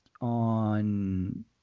on